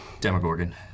Demogorgon